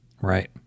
right